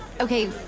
Okay